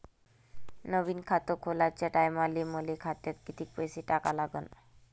नवीन खात खोलाच्या टायमाले मले खात्यात कितीक पैसे टाका लागन?